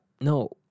No